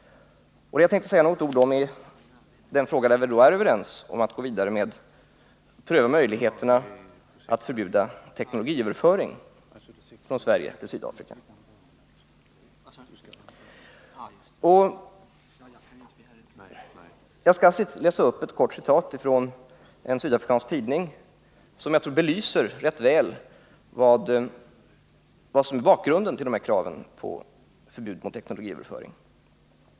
Jag skall också säga något om den fråga som vi är överens om att gå vidare med, nämligen att pröva möjligheterna att förbjuda teknologiöverföring från Sverige till Sydafrika. Låt mig återge vad som anförs i en sydafrikansk tidning och som jag tror rätt väl belyser bakgrunden till dessa krav på förbud mot teknologiöverföring.